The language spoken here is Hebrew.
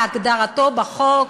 כהגדרתו בחוק.